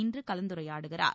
இன்று கலந்துரையாடுகிறார்